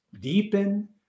deepen